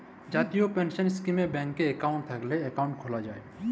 জাতীয় পেলসল ইস্কিমে ব্যাংকে একাউল্ট থ্যাইকলে একাউল্ট খ্যুলা যায়